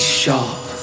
sharp